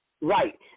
right